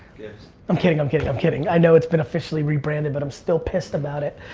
i'm kidding, i'm kidding, i'm kidding. i know it's been, officially, rebranded but i'm still pissed about it.